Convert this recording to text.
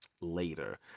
later